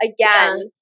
again